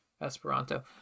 Esperanto